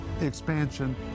expansion